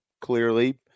clearly